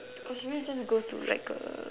oh she man just go to like a